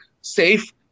safe